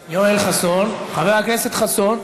חבר הכנסת חסון?